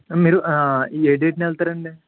మీరు ఏ డేట్న వెళ్తారండి